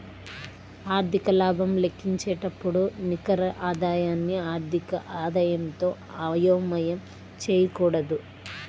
ఆర్థిక లాభం లెక్కించేటప్పుడు నికర ఆదాయాన్ని ఆర్థిక ఆదాయంతో అయోమయం చేయకూడదు